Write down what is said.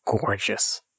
gorgeous